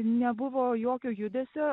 nebuvo jokio judesio